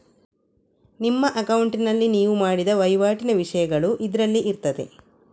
ನಿಮ್ಮ ಅಕೌಂಟಿನಲ್ಲಿ ನೀವು ಮಾಡಿದ ವೈವಾಟಿನ ವಿಷಯಗಳು ಇದ್ರಲ್ಲಿ ಇರ್ತದೆ